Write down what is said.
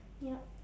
yup